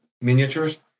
miniatures